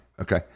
okay